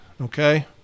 okay